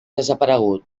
desaparegut